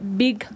big